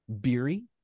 Beery